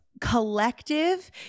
collective